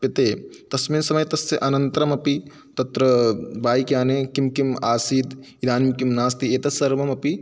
प्यते तस्मिन् समये तस्य अनन्तरमपि तत्र बैक् याने किं किं आसीत् इदानिं किं नास्ति एतत् सर्वमपि